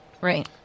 Right